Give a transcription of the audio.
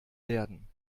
werden